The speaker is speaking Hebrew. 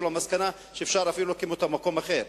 למסקנה שאפשר להקים אותה במקום אחר.